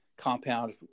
compound